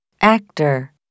Actor